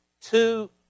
two